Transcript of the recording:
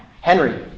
Henry